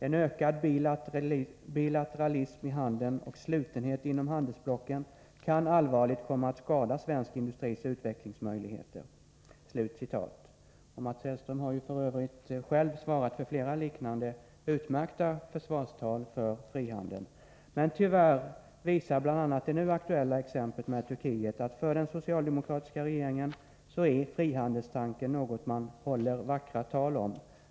En ökad bilateralism i handeln och slutenhet inom handelsblocken kan allvarligt komma att skada svensk industris utvecklingsmöjligheter”. Mats Hellström har ju f. ö. själv svarat för flera liknande utmärkta försvarstal för frihandeln. Men tyvärr visar bl.a. det nu aktuella exemplet med Turkiet att för den socialdemokratiska regeringen är frihandelstanken något man håller vackra tal om.